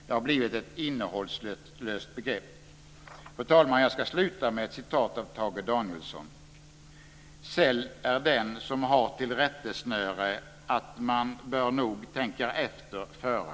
Det har blivit ett innehållslöst begrepp. Fru talman! Jag ska sluta med ett citat av Tage Säll är den som har till rättesnöre att man nog bör tänka efter före.